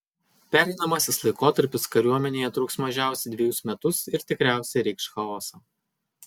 pereinamasis laikotarpis kariuomenėje truks mažiausiai dvejus metus ir tikriausiai reikš chaosą